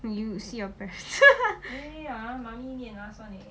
you will see your pa~